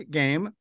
game